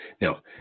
Now